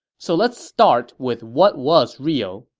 so let's start with what was real.